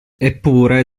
eppure